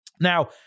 Now